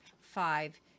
five